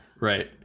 Right